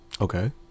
Okay